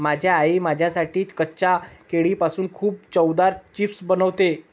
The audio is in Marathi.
माझी आई माझ्यासाठी कच्च्या केळीपासून खूप चवदार चिप्स बनवते